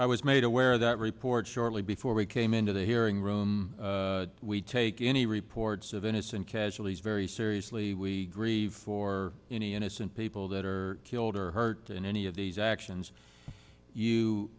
i was made aware of that report shortly before we came into the hearing room we take any reports of innocent casualties very seriously we grieve for any innocent people that are killed or hurt in any of these actions you